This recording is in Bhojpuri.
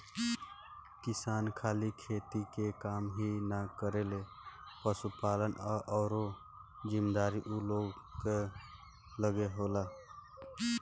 किसान खाली खेती के काम ही ना करेलें, पशुपालन आ अउरो जिम्मेदारी ऊ लोग कअ लगे होला